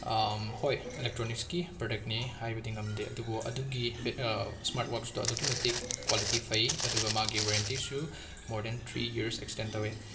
ꯍꯣꯏ ꯏꯂꯦꯛꯇ꯭ꯔꯣꯅꯤꯛꯁꯀꯤ ꯄ꯭ꯔꯗꯛꯅꯤ ꯍꯥꯏꯕꯗꯤ ꯉꯝꯗꯦ ꯑꯗꯨꯕꯨ ꯑꯗꯨꯒꯤ ꯐꯦꯗ ꯁ꯭ꯃꯥꯔꯠ ꯋꯥꯠꯆꯇꯣ ꯑꯗꯨꯒꯤ ꯃꯇꯤꯛ ꯀ꯭ꯋꯥꯂꯤꯇꯤ ꯐꯩ ꯑꯗꯨꯒ ꯃꯥꯒꯤ ꯋꯦꯔꯦꯟꯇꯤꯁꯨ more than three years extend ꯇꯧꯏ